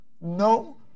no